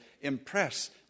impress